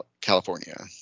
california